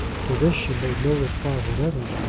to this she made no reply whatever,